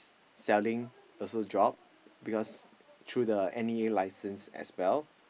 selling also drop because through the N_E_A licence as well